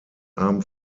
abend